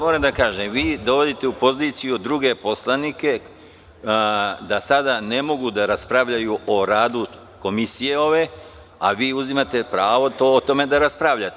Moram da kažem da dovodite u poziciju druge poslanike da sada ne mogu da raspravljaju o radu ove Komisije, a vi uzimate pravo da o tome raspravljate.